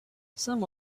some